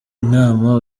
inama